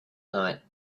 night